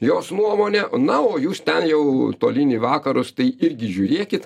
jos nuomone na o jūs ten jau tolyn į vakarus tai irgi žiūrėkit